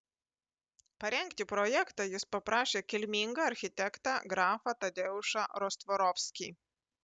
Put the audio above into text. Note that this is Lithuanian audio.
parengti projektą jis paprašė kilmingą architektą grafą tadeušą rostvorovskį